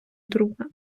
друга